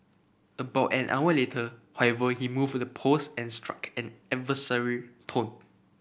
about an hour later however he moved the post and struck an adversarial tone